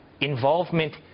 involvement